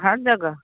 हर जगह